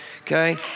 Okay